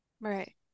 right